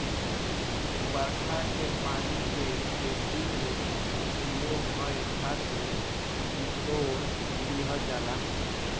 बरखा के पानी के खेती में उपयोग करे खातिर बिटोर लिहल जाला